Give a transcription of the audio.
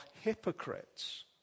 hypocrites